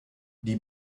die